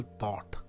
thought